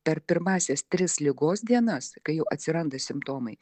per pirmąsias tris ligos dienas kai jau atsiranda simptomai